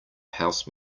house